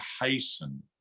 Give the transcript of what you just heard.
hasten